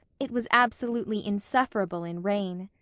it was absolutely insufferable in rain.